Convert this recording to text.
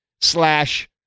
slash